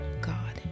God